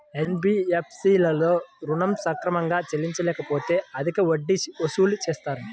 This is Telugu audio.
ఎన్.బీ.ఎఫ్.సి లలో ఋణం సక్రమంగా చెల్లించలేకపోతె అధిక వడ్డీలు వసూలు చేస్తారా?